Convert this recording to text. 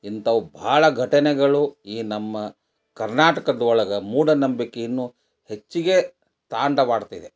ಇಂಥವು ಭಾಳ ಘಟನೆಗಳು ಈ ನಮ್ಮ ಕರ್ನಾಟಕದೊಳ್ಗೆ ಮೂಢನಂಬಿಕೆ ಇನ್ನೂ ಹೆಚ್ಚಿಗೆ ತಾಂಡವವಾಡ್ತಿದೆ